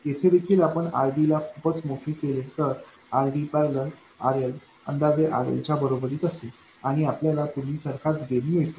येथे देखील आपण RD ला खूपच मोठे केले तर RDपैरलेल RLअंदाजे RLच्या बरोबरीत असेल आणि आपल्याला पूर्वीसारखाच गेन मिळतो